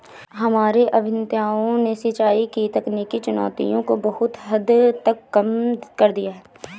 हमारे अभियंताओं ने सिंचाई की तकनीकी चुनौतियों को बहुत हद तक कम कर दिया है